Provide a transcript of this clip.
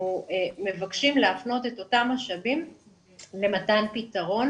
מבקשים להפנות את אותם משאבים למתן פתרון